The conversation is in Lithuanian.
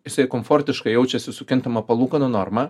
jisai komfortiškai jaučiasi su kintama palūkanų norma